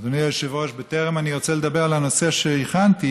אדוני היושב-ראש, בטרם ארצה לדבר על הנושא שהכנתי,